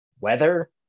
weather